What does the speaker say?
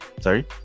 Sorry